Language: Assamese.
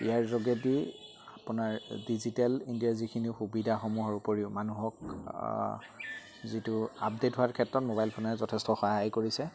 ইয়াৰ যোগেদি আপোনাৰ ডিজিটেল ইণ্ডিয়াৰ যিখিনি সুবিধাসমূহৰ উপৰিও মানুহক যিটো আপডেট হোৱাৰ ক্ষেত্ৰত মোবাইল ফোনে যথেষ্ট সহায় কৰিছে